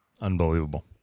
Unbelievable